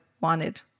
wanted